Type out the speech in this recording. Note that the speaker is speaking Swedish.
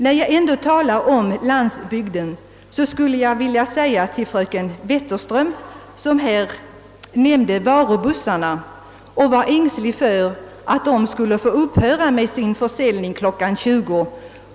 När jag ändå talar om landsbygden vill jag beröra vad fröken Wetterström sade om varubussarna. Hon var ängslig för att de skulle tvingas att upphöra med sin försäljning kl. 20.